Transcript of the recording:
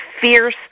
fierce